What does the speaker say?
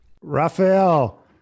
Rafael